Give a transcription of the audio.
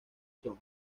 son